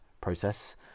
process